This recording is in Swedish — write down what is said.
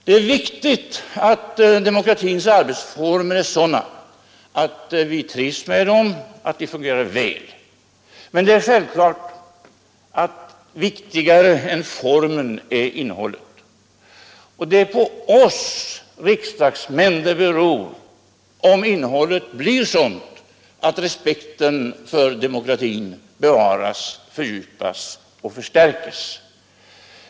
Det är viktigt att demokratins arbetsformer är sådana att vi trivs med dem och att de fungerar väl. Men det är självklart att viktigare än formen är innehållet, och det är på oss riksdagsmän det beror om innehållet blir sådant att respekten för demokratin bevaras, fördjupas och förstärks.